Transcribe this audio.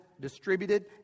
distributed